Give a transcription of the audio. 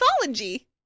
mythology